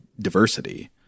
diversity